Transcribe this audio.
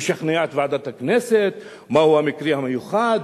לשכנע את ועדת הכנסת מהו המקרה המיוחד,